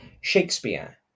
Shakespeare